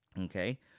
okay